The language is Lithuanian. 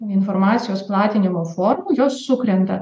informacijos platinimo formų jos sukrenta